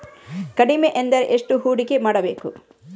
ಕಡಿಮೆ ಎಂದರೆ ಎಷ್ಟು ಹೂಡಿಕೆ ಮಾಡಬೇಕು?